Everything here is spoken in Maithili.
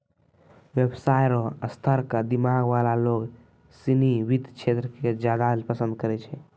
व्यवसाय र स्तर क दिमाग वाला लोग सिनी वित्त क्षेत्र क ज्यादा पसंद करै छै